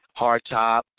hardtop